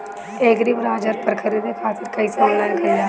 एग्रीबाजार पर खरीदे खातिर कइसे ऑनलाइन कइल जाए?